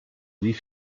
wie